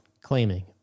Claiming